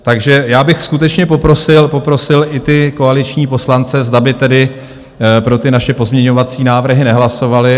Takže já bych skutečně poprosil, poprosil i ty koaliční poslance, zda by tedy pro naše pozměňovací návrhy nehlasovali.